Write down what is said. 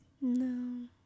No